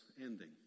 ending